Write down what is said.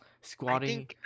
squatting